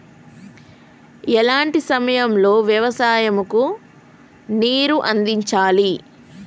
ఎలాంటి సమయం లో వ్యవసాయము కు నీరు అందించాలి?